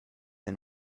and